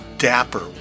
dapper